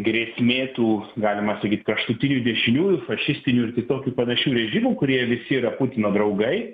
grėsmė tų galima sakyt kraštutinių dešiniųjų fašistinių ir kitokių panašių režimų kurie visi yra putino draugai